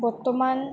বৰ্তমান